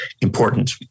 important